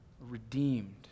redeemed